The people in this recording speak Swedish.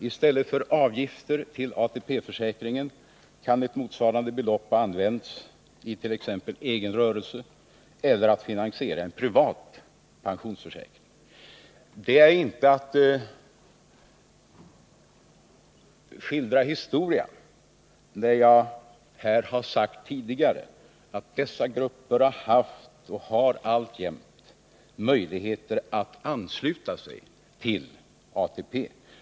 I stället för avgifter till ATP-försäkringen kan man ha använt ett motsvarande belopp i t.ex. egen rörelse eller för att finansiera en privat pensionsförsäkring. Det är inte att skildra historia när jag här tidigare sagt att dessa grupper har haft och alltjämt har möjligheter att ansluta sig till ATP.